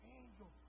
angel